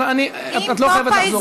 אבל את לא חייבת לחזור בך.